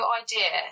idea